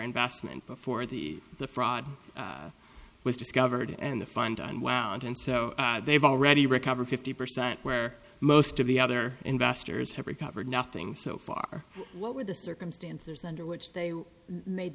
investment before the the fraud was discovered and the fund unwound and so they've already recovered fifty percent where most of the other investors have recovered nothing so far what were the circumstances under which they